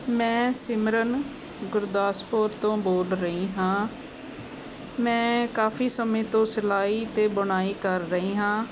ਮੈਂ ਸਿਮਰਨ ਗੁਰਦਾਸਪੁਰ ਤੋਂ ਬੋਲ ਰਹੀ ਹਾਂ ਮੈਂ ਕਾਫ਼ੀ ਸਮੇਂ ਤੋਂ ਸਿਲਾਈ ਅਤੇ ਬੁਣਾਈ ਕਰ ਰਹੀ ਹਾਂ